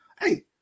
hey